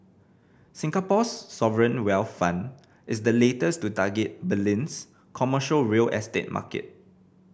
Singapore's sovereign wealth fund is the latest to target Berlin's commercial real estate market